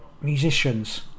musicians